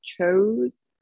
chose